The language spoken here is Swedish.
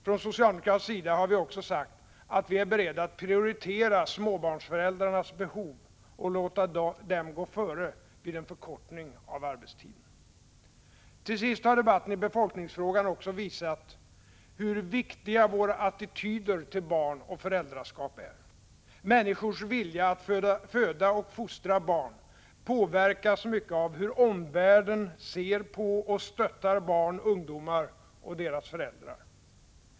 Från socialdemokratisk sida har vi också sagt att vi är beredda att prioritera småbarnsföräldrarnas behov och låta dem gå före vid en förkortning av arbetstiden. Till sist har debatten i befolkningsfrågan också visat hur viktiga våra attityder till barn och föräldraskap är. Människors vilja att föda och fostra barn påverkas mycket av hur omvärlden ser på och stöttar barn, ungdomar och deras föräldrar.